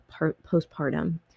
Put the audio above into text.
postpartum